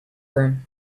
room